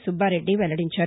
సుబ్బారెడ్డి వెల్లడించారు